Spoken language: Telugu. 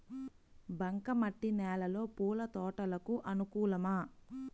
బంక మట్టి నేలలో పూల తోటలకు అనుకూలమా?